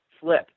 flip